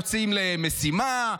יוצאים למשימה,